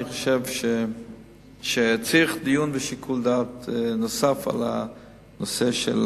אני חושב שצריך דיון ושיקול דעת נוסף בנושא של